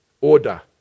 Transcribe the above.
order